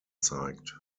zeigt